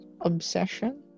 obsession